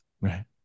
Right